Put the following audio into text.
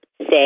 say